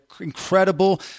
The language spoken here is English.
incredible